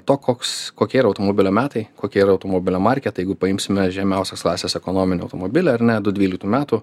to koks kokie automobilio metai kokie yra automobilio markė tai jeigu paimsime žemiausios klasės ekonominį automobilį ar ne du dvyliktų metų